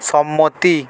সম্মতি